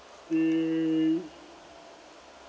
mm